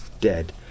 dead